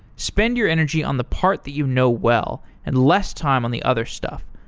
spend your energy on the part that you know well and less time on the other stuff.